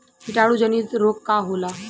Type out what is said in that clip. कीटाणु जनित रोग का होला?